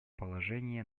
положение